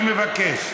אני מבקש.